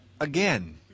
again